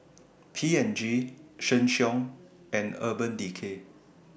P and G Sheng Siong and Urban Decay